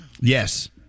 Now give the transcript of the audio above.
Yes